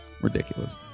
ridiculous